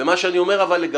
אבל מה שאני אומר לגביי,